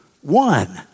One